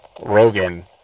Rogan